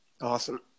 Awesome